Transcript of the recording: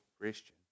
Christian